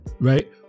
right